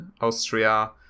Austria